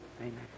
amen